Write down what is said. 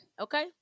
Okay